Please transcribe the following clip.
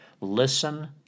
Listen